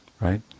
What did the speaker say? Right